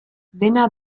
dena